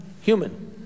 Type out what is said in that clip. human